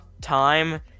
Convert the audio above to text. time